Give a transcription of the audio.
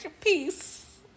Peace